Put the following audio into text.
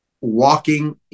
walking